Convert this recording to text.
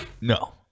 No